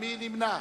מי נמנע?